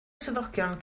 swyddogion